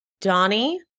Donnie